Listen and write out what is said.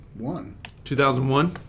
2001